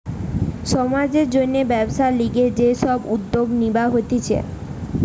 সমাজের জন্যে ব্যবসার লিগে যে সব উদ্যোগ নিবা হতিছে